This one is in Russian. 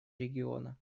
региона